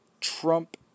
Trump